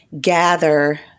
gather